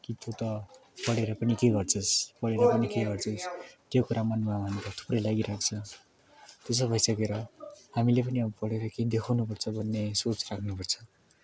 कि तँ त पढेर पनि के गर्छस् पढेर पनि के गर्छस् त्यो कुरा मनमा थुप्रै लागिरहेको छ त्यसो भइसकेर हामीले पनि अब पढेर केही देखउनु पर्छ भन्ने सोच राख्नु पर्छ